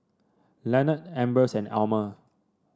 Leonard Ambers and Almer